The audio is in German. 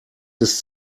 ist